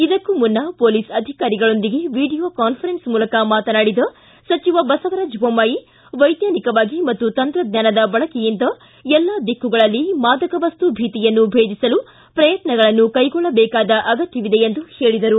ಇದಕ್ಕೂ ಮುನ್ನ ಪೊಲೀಸ್ ಅಧಿಕಾರಿಗಳೊಂದಿಗೆ ವೀಡಿಯೊ ಕಾನ್ವರೆನ್ಸ್ ಮೂಲಕ ಮಾತನಾಡಿದ ಸಚಿವ ಬಸವರಾಜ್ ಬೊಮ್ಮಾಯಿ ವೈಜ್ಞಾನಿಕವಾಗಿ ಮತ್ತು ತಂತ್ರಜ್ಞಾನದ ಬಳಕೆಯಿಂದ ಎಲ್ಲಾ ದಿಕ್ಕುಗಳಲ್ಲಿ ಮಾದಕವಸ್ತು ಭೀತಿಯನ್ನು ಭೇದಿಸಲು ಪ್ರಯತ್ನಗಳನ್ನು ಕೈಗೊಳ್ಳಬೇಕಾದ ಅಗತ್ತವಿದೆ ಎಂದು ಹೇಳಿದರು